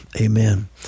amen